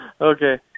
okay